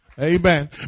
Amen